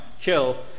kill